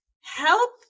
help